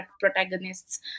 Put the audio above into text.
protagonists